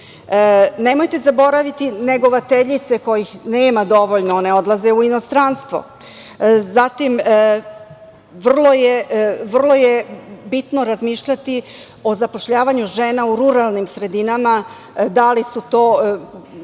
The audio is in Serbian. zaboraviti negovateljice koje nema dovoljno, odlaze u inostranstvo. Zatim, vrlo je bitno razmišljati o zapošljavanju žena u ruralnim sredinama, da li su po